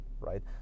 right